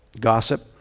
Gossip